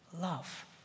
love